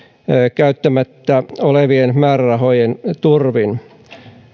käyttämättä olevien määrärahojen turvin